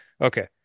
Okay